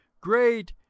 Great